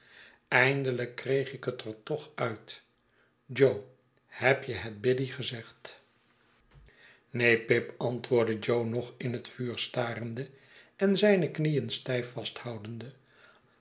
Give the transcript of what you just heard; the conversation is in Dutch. eindelijk kreeg ik het er toch uit jo heb je het biddy gezegd neen pip antwoordde jo nog in het vuur starende en zijne knieen stijf vasthoudende